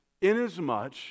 inasmuch